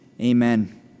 Amen